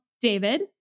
David